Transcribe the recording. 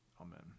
Amen